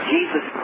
Jesus